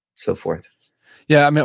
so forth yeah,